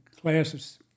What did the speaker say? classes